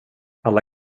alla